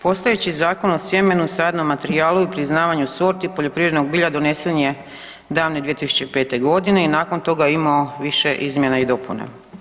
Postojeći Zakon o sjemenu i sadnom materijalu i priznavanju sorti poljoprivrednog bilja donesen je davne 2005.g. i nakon toga je imao više izmjena i dopuna.